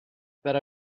per